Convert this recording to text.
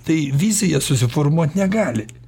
tai vizija susiformuot negali